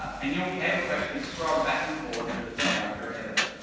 and you'll be able to actually scrub back and forward through the film like you're an editor,